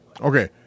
Okay